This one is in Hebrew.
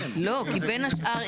כי בין השאר,